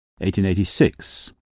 1886